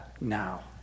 now